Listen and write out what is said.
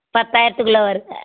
பத்தாயிரத்துக்குள்ளே வருங்க